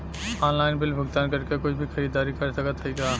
Online bill भुगतान करके कुछ भी खरीदारी कर सकत हई का?